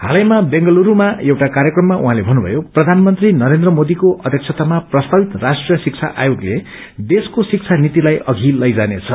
हालैमा बेंगलुरूमा एउटा कार्यक्रममा उछँले भक्रुणयो प्रथानमन्त्री नरेन्द्र मोदीको अध्यक्षतामा प्रस्तावित राष्ट्रीय शिक्षा आयोगले देशको शिक्षा नीतिलाई अघि लैजानेछ